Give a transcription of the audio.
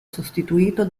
sostituito